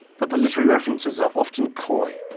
but the literary references are often coy,